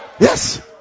Yes